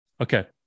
okay